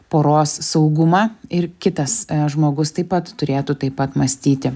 poros saugumą ir kitas žmogus taip pat turėtų taip pat mąstyti